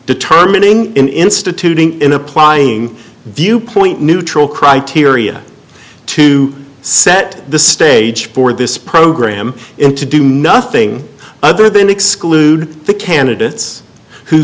determining instituting in applying viewpoint neutral criteria to set the stage for this program him to do nothing other than exclude the candidates who